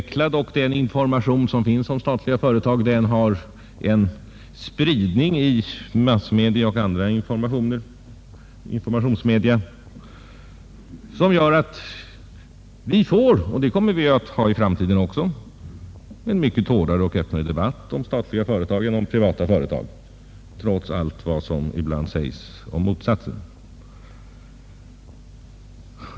Och framför allt får den information som finns om de statliga företagen en spridning i massmedia och i andra informationsmedia som gör att vi får en mycket hårdare och mer öppen debatt om de statliga företagen än om de privata, trots vad som sägs om motsatsen.